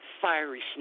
fiery